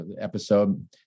episode